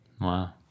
Wow